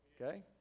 Okay